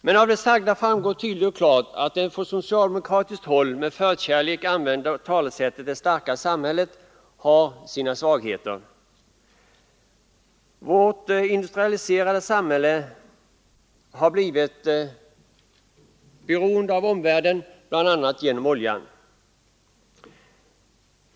Men av det sagda framgår tydligt och klart att det från socialdemokratiskt håll med förkärlek använda talesättet ”det starka samhället” har sina svagheter. Vårt industrialiserade samhälle har blivit beroende av omvärlden, bl.a. genom olja.